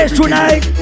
tonight